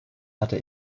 hatte